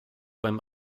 beim